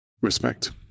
respect